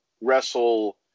wrestle